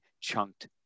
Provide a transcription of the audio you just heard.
chunked